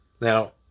Now